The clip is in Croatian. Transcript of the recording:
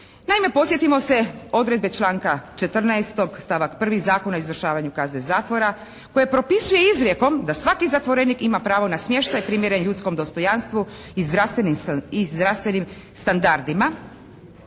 Naime, podsjetimo se odredbe članka 14. stavak 1. Zakona o izvršavanju kazne zatvora koji propisuje izrijekom da svaki zatvorenik ima pravo na smještaj primjeren ljudskom dostojanstvu i zdravstvenim standardima.